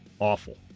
Awful